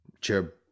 chair